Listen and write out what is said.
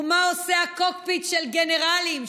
ומה עושה הקוקפיט של גנרלים,